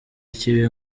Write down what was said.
kiba